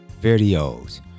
videos